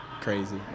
crazy